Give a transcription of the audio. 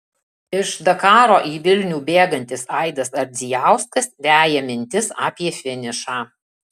iš dakaro į vilnių bėgantis aidas ardzijauskas veja mintis apie finišą